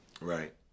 right